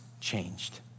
changed